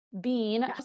bean